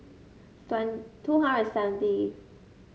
two hundred and seventy